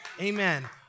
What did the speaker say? Amen